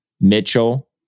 Mitchell